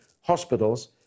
hospitals